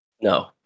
No